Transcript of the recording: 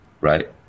right